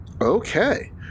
Okay